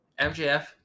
mjf